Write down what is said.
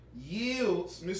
yields